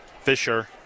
Fisher